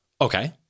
Okay